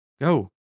Go